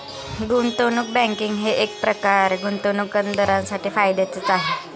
गुंतवणूक बँकिंग हे एकप्रकारे गुंतवणूकदारांसाठी फायद्याचेच आहे